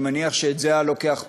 אני מניח שזה היה לוקח פחות,